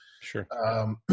Sure